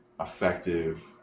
effective